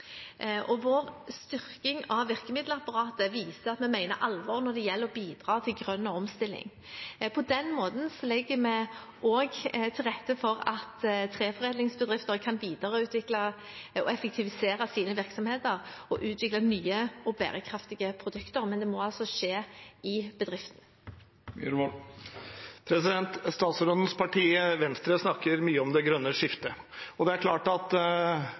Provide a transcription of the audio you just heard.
Vår styrking av virkemiddelapparatet viser at vi mener alvor når det gjelder å bidra til grønn omstilling. På den måten legger vi også til rette for at treforedlingsbedrifter kan videreutvikle og effektivisere sine virksomheter og utvikle nye og bærekraftige produkter. Men det må altså skje i bedriften. Statsrådens parti, Venstre, snakker mye om det grønne skiftet. Og det er klart at